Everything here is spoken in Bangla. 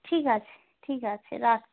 ঠিক আছে ঠিক আছে রাখছি